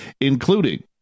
including